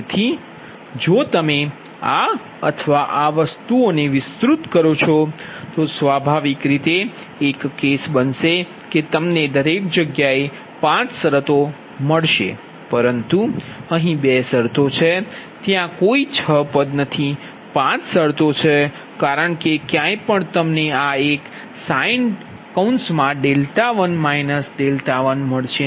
તેથી જો તમે આ અથવા આ વસ્તુને વિસ્તૃત કરો છો તો સ્વાભાવિક રીતે એક કેસ બનશે કે તમને દરેક જગ્યાએ 5 શરતો મળશે પરંતુ અહીં બે શરતો છે ત્યાં કોઈ 6 પદ નથી 5 શરતો છે કારણ કે ક્યાંય પણ તમને આ એક sin1 − 1 મળશે